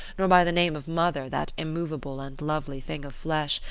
nor by the name of mother that immovable and lovely thing of flesh,